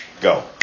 go